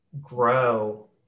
grow